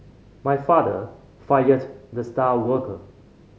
my father fired the star worker